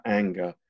anger